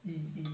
mm